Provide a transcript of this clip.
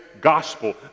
gospel